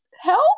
help